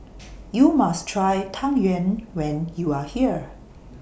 YOU must Try Tang Yuen when YOU Are here